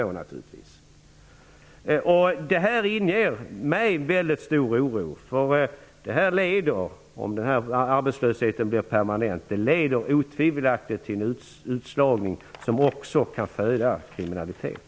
Detta inger mig stor oro, eftersom denna arbetslöshet, om den blir permanent, otvivelaktigt leder till en utslagning, som också kan föda kriminalitet.